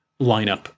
lineup